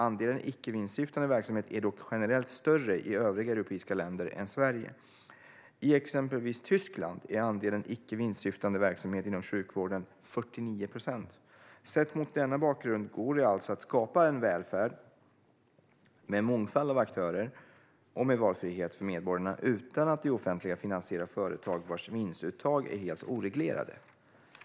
Andelen icke-vinstsyftande verksamhet är dock generellt större i övriga europeiska länder än i Sverige. I exempelvis Tyskland är andelen icke-vinstsyftande verksamhet inom sjukvården 49 procent. Sett mot denna bakgrund går det alltså att skapa en välfärd med en mångfald av aktörer och med valfrihet för medborgarna utan att det offentliga finansierar företag vars vinstuttag är helt oreglerade.